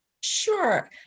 Sure